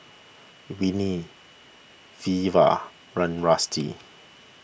Whitney Veva Run Rusty